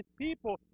people